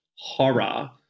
horror